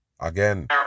Again